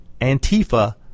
Antifa